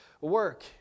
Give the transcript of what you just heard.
work